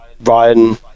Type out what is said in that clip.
Ryan